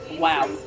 Wow